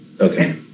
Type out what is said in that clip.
Okay